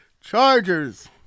Chargers